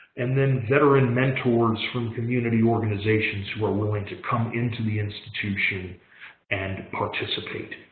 and then veteran mentors from community organizations who are willing to come into the institution and participate.